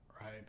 right